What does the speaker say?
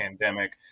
pandemic